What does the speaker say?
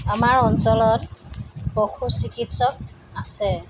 আমাৰ অঞ্চলত পশু চিকিৎসক আছে